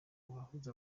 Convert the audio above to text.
baguze